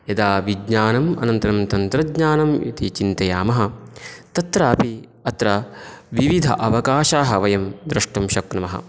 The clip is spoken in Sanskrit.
यदा विज्ञानम् अनन्तरं तन्त्रज्ञानम् इति चिन्तयामः तत्रापि अत्र विविध अवकाशाः वयं द्रष्टुं शक्नुमः